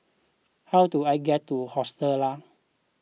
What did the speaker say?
how do I get to Hostel Lah